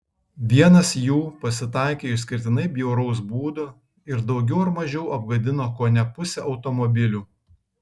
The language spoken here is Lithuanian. vienas jų pasitaikė išskirtinai bjauraus būdo ir daugiau ar mažiau apgadino kone pusę automobilių